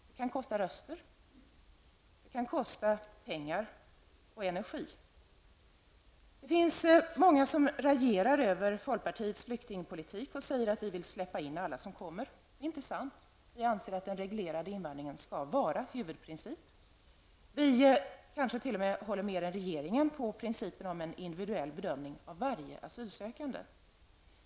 Det kan kosta röster, och det kan kosta pengar och energi. Det finns många som raljerar över folkpartiets flyktingpolitik och säger att vi vill släppa in alla som kommer. Det är inte sant. Vi anser att den reglerade invandringen skall vara huvudprincip. Vi kanske t.o.m. håller mer än regeringen på principen om en individuell bedömning av varje asylsökande.